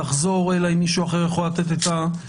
לחזור, אלא אם מישהו אחר יכול לתת את התשובה.